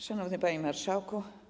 Szanowny Panie Marszałku!